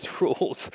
rules